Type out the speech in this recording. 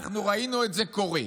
אנחנו ראינו את זה קורה.